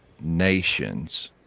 nations